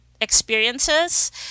experiences